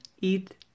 eat